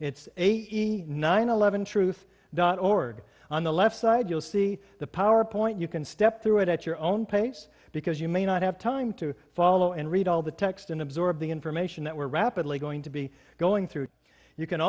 it's eighty nine eleven truth dot org on the left side you'll see the powerpoint you can step through it at your own pace because you may not have time to follow and read all the text and absorb the information that we're rapidly going to be going through you can